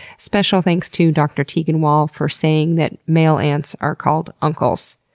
special thanks to dr. teagan wall for saying that male ants are called uncles,